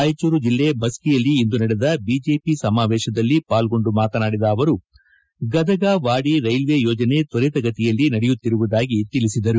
ರಾಯಚೂರು ಜಿಲ್ಲೆ ಮಸ್ಕಿಯಲ್ಲಿ ಇಂದು ನಡೆದ ಬಿಜೆಪಿ ಸಮಾವೇಶದಲ್ಲಿ ಪಾಲ್ಗೊಂಡು ಮಾತನಾಡಿದ ಅವರು ಗದಗ ವಾಡಿ ರೈಲ್ವೆ ಯೋಜನೆ ತ್ವರಿತಗತಿಯಲ್ಲಿ ನಡೆಯುತ್ತಿರುವುದಾಗಿ ತಿಳಿಸಿದರು